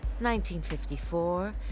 1954